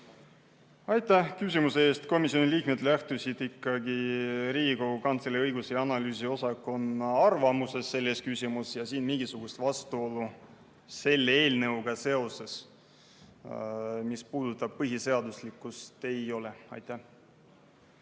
Aitäh küsimuse eest! Komisjoni liikmed lähtusid ikkagi Riigikogu Kantselei õigus- ja analüüsiosakonna arvamusest selles küsimuses ja siin mingisugust vastuolu selle eelnõuga seoses, mis puudutab põhiseaduslikkust, ei ole. Aivar